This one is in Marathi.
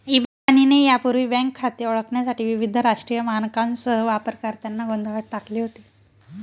इबानीने यापूर्वी बँक खाते ओळखण्यासाठी विविध राष्ट्रीय मानकांसह वापरकर्त्यांना गोंधळात टाकले होते